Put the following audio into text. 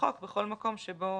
שבכל מקום בחוק שכתוב